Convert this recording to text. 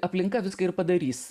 aplinka viską ir padarys